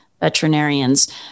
veterinarians